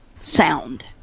sound